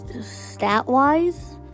stat-wise